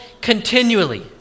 continually